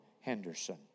Henderson